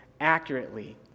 accurately